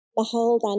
Behold